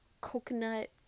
coconut